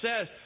says